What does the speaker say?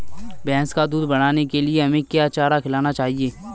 भैंस का दूध बढ़ाने के लिए हमें क्या चारा खिलाना चाहिए?